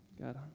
God